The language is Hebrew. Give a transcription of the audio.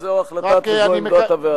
בוודאי, זו החלטת וזו עמדת הוועדה.